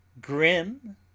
grim